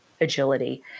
agility